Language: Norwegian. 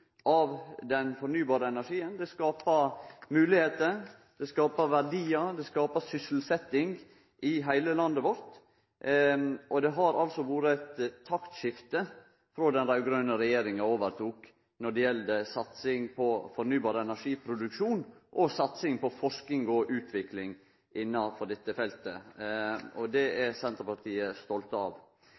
av den fornybare energien skaper moglegheiter, det skaper verdiar, det skaper sysselsetjing i heile landet vårt. Det har vore eit taktskifte frå den raud-grøne regjeringa overtok, når det gjeld satsing på fornybar energiproduksjon og satsing på forsking og utvikling innanfor dette feltet. Det er Senterpartiet stolt av.